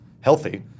healthy